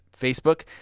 Facebook